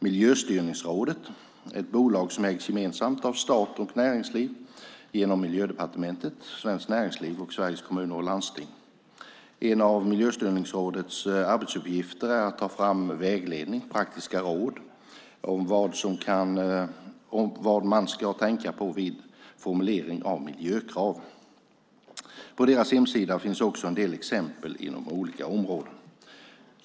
Miljöstyrningsrådet är ett bolag som ägs gemensamt av stat och näringsliv genom Miljödepartementet, Svenskt Näringsliv och Sveriges Kommuner och Landsting. En av Miljöstyrningsrådets arbetsuppgifter är att ta fram vägledning, praktiska råd, om vad man ska tänka på vid formulering av miljökrav. På deras hemsida finns också en del exempel inom olika områden.